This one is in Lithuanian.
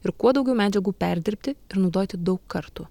ir kuo daugiau medžiagų perdirbti ir naudoti daug kartų